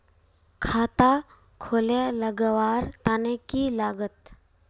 खाता खोले लगवार तने की लागत?